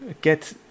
get